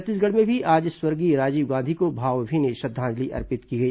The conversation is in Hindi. छत्तीसगढ़ में भी आज स्वर्गीय राजीव गांधी को भावभीनी श्रद्वांजलि अर्पित की गई